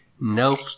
Nope